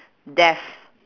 death